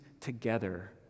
together